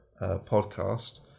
podcast